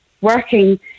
working